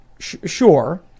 Sure